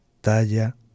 talla